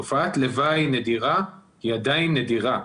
תופעת לוואי נדירה היא עדיין נדירה.